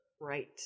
Right